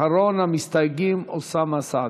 אחרון המסתייגים, אוסאמה סעדי.